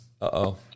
Uh-oh